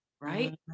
right